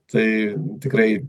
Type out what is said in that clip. tai tikrai